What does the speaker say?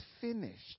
finished